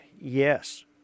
Yes